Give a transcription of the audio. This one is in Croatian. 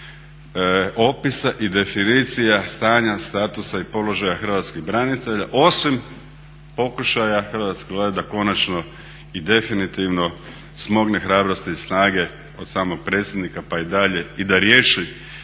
opisa i definicija stanja, statusa i položaja Hrvatskih branitelja osim pokušaja Hrvatske vlade da konačno i definitivno smogne hrabrosti i snage od samog predsjednika pa i dalje i da riješi